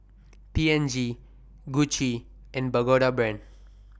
P and G Gucci and Pagoda Brand